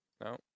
No